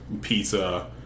pizza